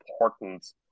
importance